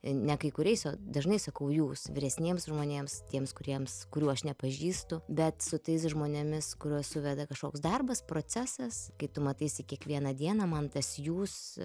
ne kai kuriais o dažnai sakau jūs vyresniems žmonėms tiems kuriems kurių aš nepažįstu bet su tais žmonėmis kuriuos suveda kažkoks darbas procesas kai tu mataisi kiekvieną dieną man tas jūs